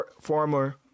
former